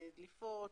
דליפות,